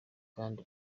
kandi